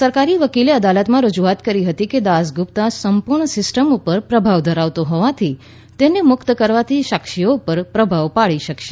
સરકારી વકીલે અદાલતમાં રજુઆત કરી હતી કે દાસગુપ્તા સંપૂર્ણ સિસ્ટમ ઉપર પ્રભાવ ધરાવતો હોવાથી તેને મુક્ત કરવાથી સાક્ષીઓ ઉપર પ્રભાવ પાડી શકશે